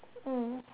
mm